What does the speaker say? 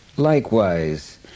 likewise